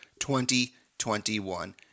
2021